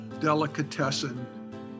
delicatessen